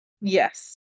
Yes